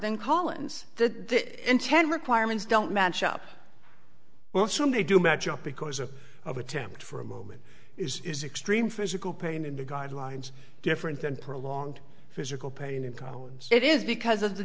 than collins the intent requirements don't match up well some they do match up because a of attempt for a moment is extreme physical pain in the guidelines different than prolonged physical pain and problems it is because of the